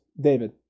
David